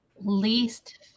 Least